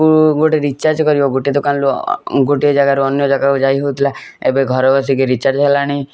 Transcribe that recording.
କୁ ଗୋଟେ ରିଚାର୍ଜ କରିବ ଗୋଟେ ଦୋକାନ ରୁ ଗୋଟେ ଜାଗା ରୁ ଅନ୍ୟ ଜାଗା କୁ ଯାଇ ହଉଥିଲା ଏବେ ଘରେ ବସିକି ରିଚାର୍ଜ ହେଲାଣି